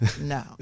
No